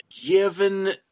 given